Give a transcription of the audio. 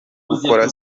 gukora